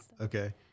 okay